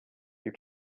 you